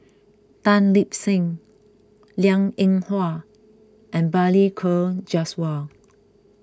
Tan Lip Seng Liang Eng Hwa and Balli Kaur Jaswal